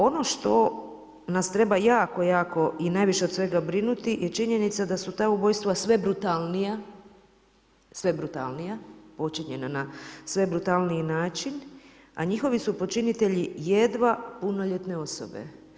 Ono što nas treba jako, jako i najviše od svega brinuti je činjenica da su ta ubojstva sve brutalnija, počinjena na sve brutalniji način, a njihovi su počinitelji jedva punoljetne osobe.